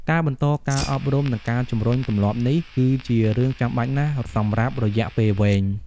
ការបន្តការអប់រំ និងការជំរុញទម្លាប់នេះ គឺជារឿងចាំបាច់ណាស់សម្រាប់រយៈពេលវែង។